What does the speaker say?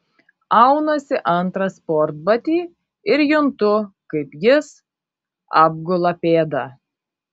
aunuosi antrą sportbatį ir juntu kaip jis apgula pėdą